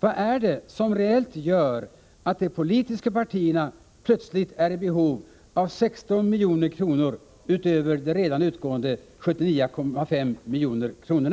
Vad är det som reellt gör att de politiska partierna plötsligt är i behov av 16 milj.kr. utöver de redan utgående 79,5 milj.kr.?